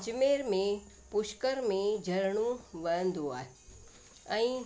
अजमेर में पुष्कर में झरनो वहंदो आहे ऐं